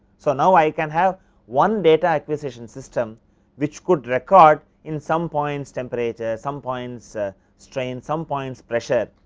so, now, i can have one data acquisition system which could record in some points temperatures, some points ah strain, some points pressure.